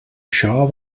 això